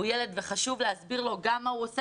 הוא ילד וחשוב להסביר לו גם מה הוא עושה